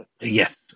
Yes